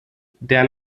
der